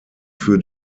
für